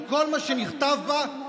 על כל מה שנכתב בה,